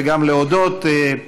וגם להודות.